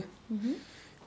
mmhmm